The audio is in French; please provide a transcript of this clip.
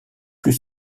plus